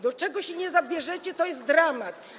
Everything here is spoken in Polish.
Do czego się nie zabierzecie, to jest dramat.